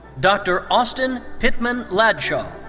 dr. austin pittman ladshaw.